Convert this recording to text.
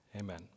Amen